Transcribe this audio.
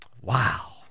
wow